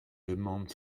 demande